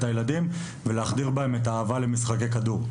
הילדים ולהחדיר בהם את האהבה למשחקי כדור.